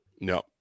No